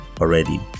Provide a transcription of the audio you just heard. already